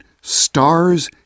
stars